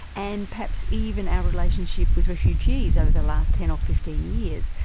and perhaps even our relationship with refugees over the last ten or fifteen years,